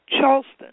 Charleston